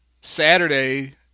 Saturday